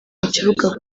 kibuga